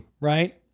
right